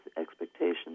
expectations